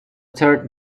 third